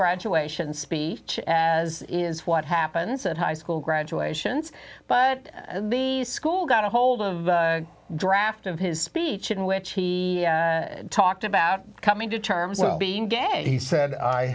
graduation speech as is what happens at high school graduations but the school got a hold of the draft of his speech in which he talked about coming to terms with being gay said i